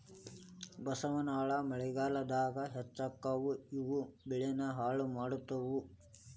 ಬಸವನಹುಳಾ ಮಳಿಗಾಲದಾಗ ಹೆಚ್ಚಕ್ಕಾವ ಇವು ಬೆಳಿನ ಹಾಳ ಮಾಡತಾವ